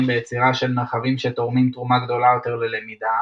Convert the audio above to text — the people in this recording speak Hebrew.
ביצירה של מרחבים שתורמים תרומה גדולה יותר ללמידה